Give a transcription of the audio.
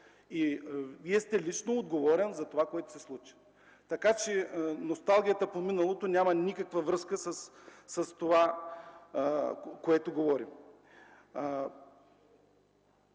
Вие лично сте отговорен за това, което се случи. Носталгията по миналото няма никаква връзка с това, за което говорим.